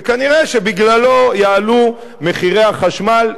וכנראה בגללו יעלו מחירי החשמל.